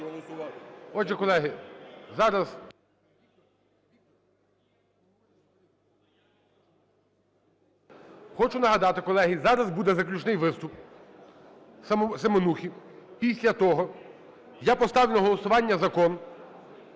Отже, колеги, зараз… Хочу нагадати, колеги, зараз буде заключний виступ Семенухи. Після того я поставлю на голосування закон,